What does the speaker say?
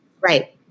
Right